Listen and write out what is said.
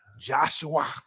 Joshua